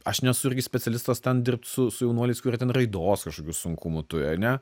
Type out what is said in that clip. aš nesu irgi specialistas ten dirbt su su jaunuoliais kurie ten raidos kažkokių sunkumų turi ane